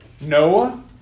Noah